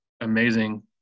amazing